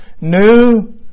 new